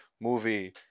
movie